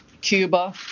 Cuba